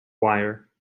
wire